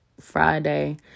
Friday